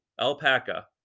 alpaca